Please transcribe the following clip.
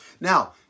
now